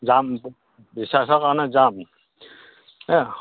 যাম ৰিছাৰ্চৰ কাৰণে যাম এ